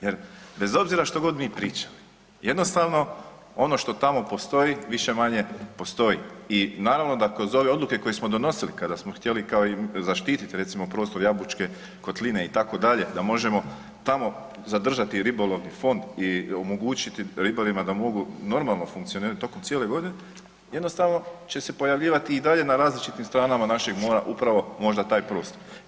Jer, bez obzira što god mi pričali, jednostavno, ono što tamo postoji, više-manje postoji i naravno da kroz ove odluke koje smo donosili, kada smo htjeli kao zaštiti, recimo prostor Jabučke kotline, itd., da možemo tamo zadržati ribolovni fond i omogućiti ribarima da mogu normalno funkcionirati tokom cijele godine, jednostavno će se pojavljivati i dalje na različitim stranama našeg mora upravo možda taj prostor.